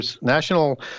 national